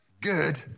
Good